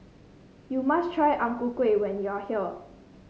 you must try Ang Ku Kueh when you are here